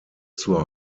zur